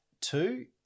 Two